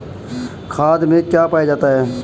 खाद में क्या पाया जाता है?